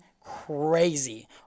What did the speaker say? crazy